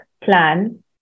plan